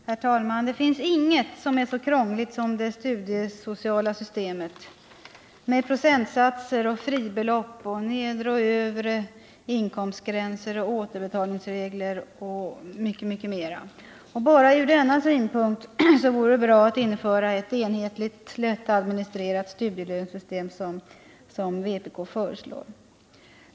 Herr talman! Det finns inget så krångligt som det studiesociala systemet med procentsatser, fribelopp, övre och nedre inkomstgränser, återbetalningsregler m.m. Bara från denna synpunkt vore det bra att införa ett enhetligt lättadministrerat studielönssystem som vpk föreslår.